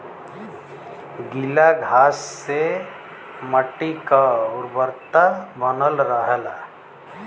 गीला घास से मट्टी क उर्वरता बनल रहला